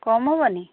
କମ ହେବନି